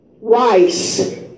rice